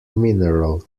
mineral